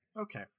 Okay